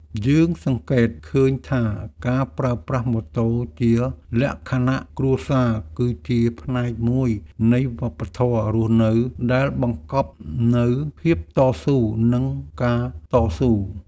យើងសង្កេតឃើញថាការប្រើប្រាស់ម៉ូតូជាលក្ខណៈគ្រួសារគឺជាផ្នែកមួយនៃវប្បធម៌រស់នៅដែលបង្កប់នូវភាពតស៊ូនិងការតស៊ូ។